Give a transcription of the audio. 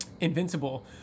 Invincible